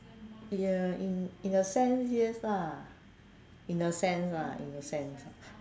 ya in in a sense yes lah in a sense lah in a sense